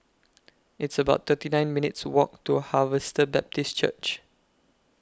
It's about thirty nine minutes' Walk to Harvester Baptist Church